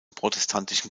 protestantischen